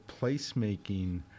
placemaking